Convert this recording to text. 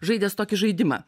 žaidęs tokį žaidimą